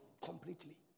Completely